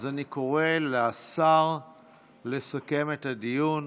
אני קורא לשר לסכם את הדיון.